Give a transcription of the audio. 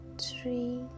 three